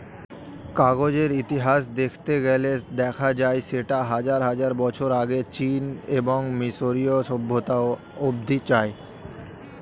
কাগজের ইতিহাস দেখতে গেলে দেখা যায় সেটা হাজার হাজার বছর আগে চীন এবং মিশরীয় সভ্যতা অবধি যায়